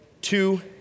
two